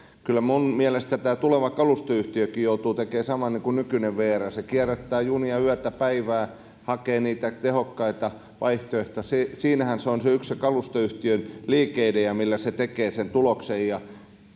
kyllä minun mielestäni tämä tuleva kalustoyhtiökin joutuu tekemään saman kuin nykyinen vr se kierrättää junia yötä päivää hakee niitä tehokkaita vaihtoehtoja siinähän se on se yksi kalustoyhtiön liikeidea millä se tekee sen tuloksen ja